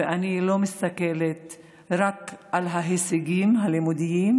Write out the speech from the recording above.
ואני לא מסתכלת רק על ההישגים הלימודיים,